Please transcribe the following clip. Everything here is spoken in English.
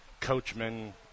Coachman